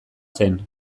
zen